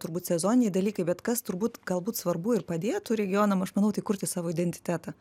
turbūt sezoniniai dalykai bet kas turbūt galbūt svarbu ir padėtų regionam manau tai kurti savo identitetą